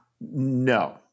No